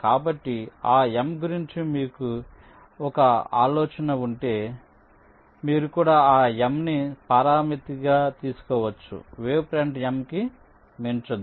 కాబట్టి ఆ m గురించి మీకు ఒక ఆలోచన ఉంటే మీరు కూడా ఆ m ని పారామితిగా తీసుకోవచ్చు వేవ్ ఫ్రంట్ m కి మించదు